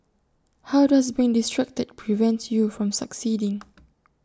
how does being distracted prevent you from succeeding